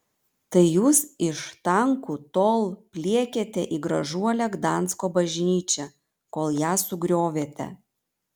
tai jūs iš tankų tol pliekėte į gražuolę gdansko bažnyčią kol ją sugriovėte